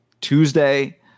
Tuesday